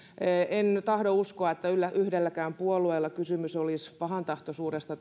en tahdo uskoa että yhdelläkään puolueella kysymys olisi pahantahtoisuudesta